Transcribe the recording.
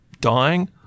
Dying